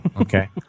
Okay